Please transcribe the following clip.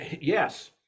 yes